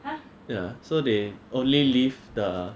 ya so they only leave the